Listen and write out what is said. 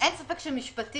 אין ספק שמשפטית,